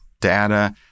data